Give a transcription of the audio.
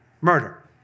Murder